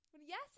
Yes